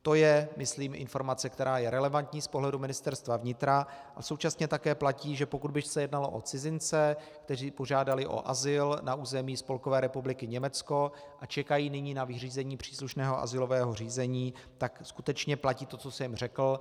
To je myslím informace, která je relevantní z pohledu ministerstva vnitra, a současně také platí, že pokud by se jednalo o cizince, kteří požádali o azyl na území Spolkové republiky Německo a čekají nyní na vyřízení příslušného azylového řízení, tak skutečně platí to, co jsem řekl.